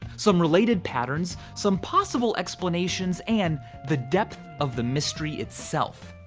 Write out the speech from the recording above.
some related patterns, some possible explanations and the depth of the mystery itself.